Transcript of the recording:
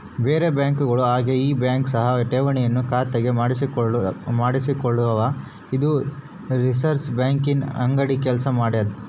ಬೇರೆ ಬ್ಯಾಂಕುಗಳ ಹಾಗೆ ಈ ಬ್ಯಾಂಕ್ ಸಹ ಠೇವಣಿಗಳನ್ನು ಖಾತೆಗೆ ಮಾಡಿಸಿಕೊಳ್ತಾವ ಇದು ರಿಸೆರ್ವೆ ಬ್ಯಾಂಕಿನ ಅಡಿಗ ಕೆಲ್ಸ ಮಾಡ್ತದೆ